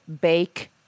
Bake